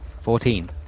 fourteen